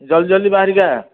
ଜଲ୍ଦି ଜଲ୍ଦି ବାହରିକି ଆ